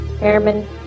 airman